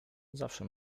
zawsze